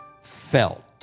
felt